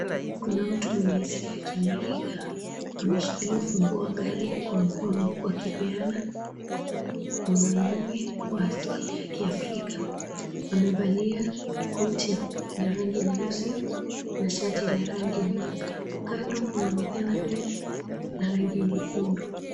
Kuna mtu mwenye asili ya kiamerika, ameshikilia ufunguo wa gari kwa mkono huku akipeana kwa mwanamme wa asili ya Kiafrika. Amevalia koti la rangi nyeusi na shati la rangi nyeupe. Kando kunaonekana gari la rangi nyekundu.